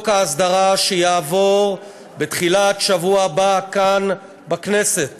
ההסדרה שיעבור בתחילת השבוע הבא כאן בכנסת